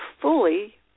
fully